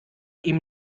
ihm